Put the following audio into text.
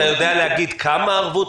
אתה יודע להגיד כמה ערבות,